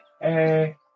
Hey